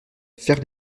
faire